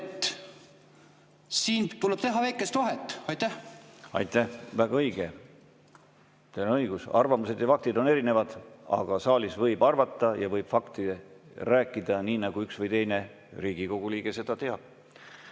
Siin tuleb teha väikest vahet. Aitäh! Väga õige. Teil on õigus. Arvamused ja faktid on erinevad. Aga saalis võib arvata ja võib fakte rääkida nii, nagu üks või teine Riigikogu liige seda teab. Nii.